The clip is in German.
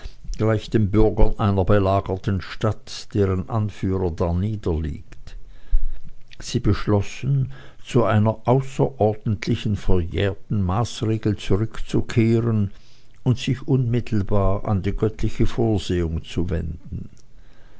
gleich den bürgern einer belagerten stadt deren anführer darniederliegt sie beschlossen zu einer außerordentlichen verjährten maßregel zurückzukehren und sich unmittelbar an die göttliche vorsehung zu wenden